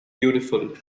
beautiful